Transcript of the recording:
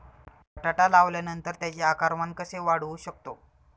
बटाटा लावल्यानंतर त्याचे आकारमान कसे वाढवू शकतो?